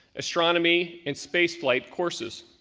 astronomy, and spaceflight courses.